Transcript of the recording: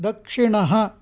दक्षिण